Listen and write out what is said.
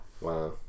Wow